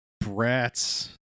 brats